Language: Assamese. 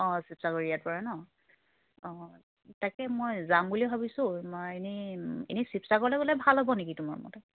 অঁ শিৱসাগৰ ইয়াত পৰা নহ্ অঁ তাকে মই যাম বুলি ভাবিছোঁ মই এনেই এনেই শিৱসাগৰলৈ গ'লে ভাল হ'ব নেকি তোমাৰ মতে